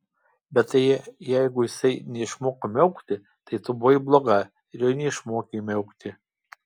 bet tai jeigu jisai neišmoko miaukti tai tu buvai bloga ir jo neišmokei miaukti